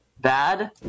bad